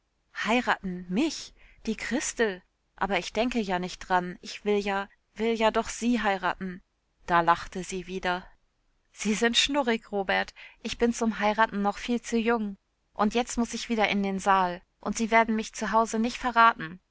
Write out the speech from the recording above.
heiraten mich die christel aber ich denk ja nich dran ich will ja will ja doch sie heiraten da lachte sie wieder sie sind schnurrig robert ich bin zum heiraten noch viel zu jung und jetzt muß ich wieder in den saal und sie werden mich zu hause nich verraten